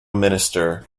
minister